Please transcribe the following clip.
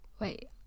Wait